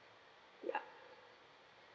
yup